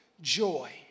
joy